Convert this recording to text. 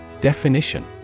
Definition